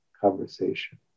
conversation